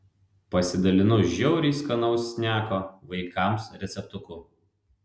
pasidalinu žiauriai skanaus sneko vaikams receptuku